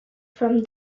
from